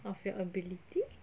of your ability